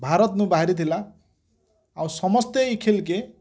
ଭାରତ୍ ନୁ ବାହାରି ଥିଲା ଆଉ ସମସ୍ତେ ଏଇ ଖେଲ୍ କେ